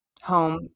home